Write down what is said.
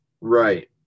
Right